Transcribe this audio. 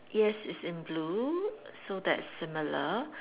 yes it's in blue so that's similar